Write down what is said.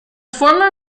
former